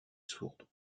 sourdes